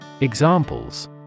Examples